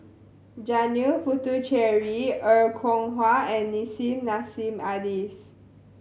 Janil Puthucheary Er Kwong Wah and Nissim Nassim Adis